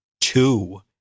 two